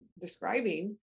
describing